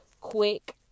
quick